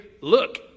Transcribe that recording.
look